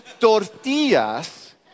Tortillas